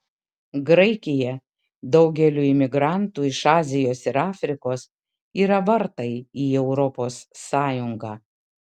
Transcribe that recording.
graikija daugeliui imigrantų iš azijos ir afrikos yra vartai į europos sąjungą